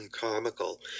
comical